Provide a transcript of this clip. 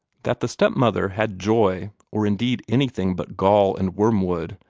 that the step-mother had joy, or indeed anything but gall and wormwood,